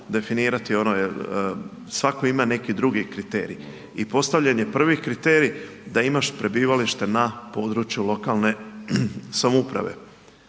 definirati ono jer svatko ima neki drugi kriterij i postavljen je prvi kriterij da imaš prebivalište na području lokalne samouprave.